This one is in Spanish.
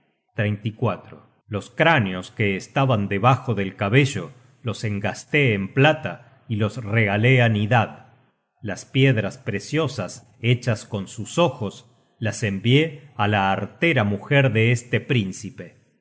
enfriar los cráneos que estaban debajo del cabello los engasté en plata y los regalé á nidad las piedras preciosas hechas con sus ojos las envié á la artera mujer de este príncipe